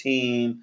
Team